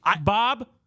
Bob